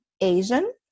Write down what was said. Asian